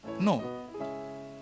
No